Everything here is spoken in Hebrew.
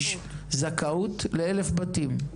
זכאות ל-1,000 בתים.